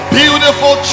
beautiful